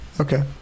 okay